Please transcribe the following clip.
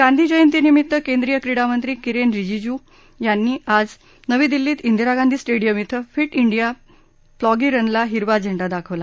गांधी जयंतीनिमित्त केंद्रीय क्रीडा मंत्री किरेन रिजिजू यांनी आज नवी दिल्लीत इंदिरा गांधी स्टेडीयम इथं फिट इंडिया प्लॉगि रनला हिरवा झेंडा दाखवला